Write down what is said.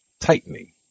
Tightening